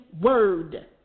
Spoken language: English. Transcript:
word